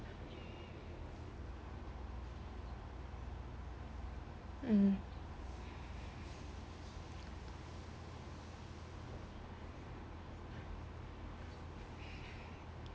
mm